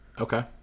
Okay